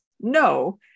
no